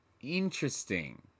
Interesting